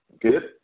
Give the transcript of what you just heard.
good